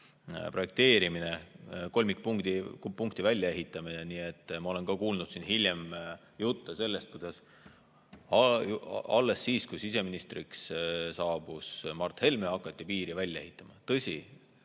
projekteerimine, kolmikpunkti väljaehitamine. Ma olen kuulnud siin hiljem jutte sellest, kuidas alles siis, kui siseministriks saabus Mart Helme, hakati piiri välja ehitama. Tõsi,